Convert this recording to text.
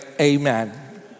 amen